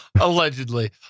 Allegedly